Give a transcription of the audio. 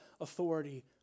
authority